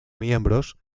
miembros